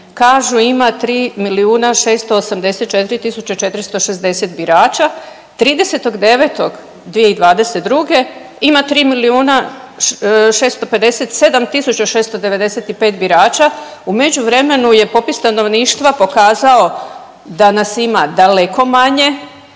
kažu ima 3.684,460 birača, 30.9.2022. ima 3.657.695 birača, u međuvremenu je popis stanovništva pokazao da nas ima daleko manje